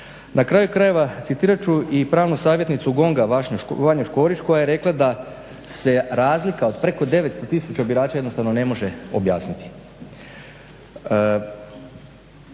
Na kraju krajeva citirat ću i pravnu savjetnicu GONG-a Vanju Škorić koja je rekla: "Da se razlika od preko 9 tisuća birača jednostavno ne može objasniti."